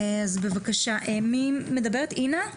אז בבקשה, מי מדברת, אינה?